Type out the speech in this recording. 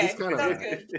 okay